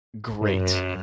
great